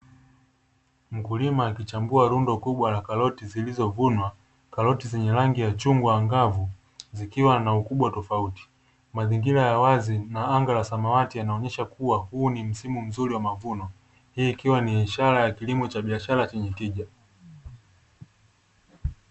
Mkulima akichambua rundo kubwa la karoti zilizovunwa; karoti zenye rangi ya chungwa angavu zikiwa na ukubwa tofauti; mazingira ya wazi na anga la samawati yanaonyesha kuwa huu ni msimu mzuri wa mavuno hii ikiwa ni ishara ya kilimo cha biashara chenye tija.